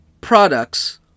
products